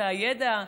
את הידע,